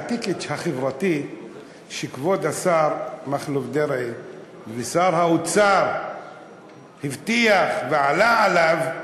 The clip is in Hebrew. ה"טיקט" החברתי שכבוד השר מכלוף דרעי ושר האוצר הבטיח ועלה עליו,